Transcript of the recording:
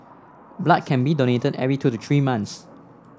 blood can be donated every two the three months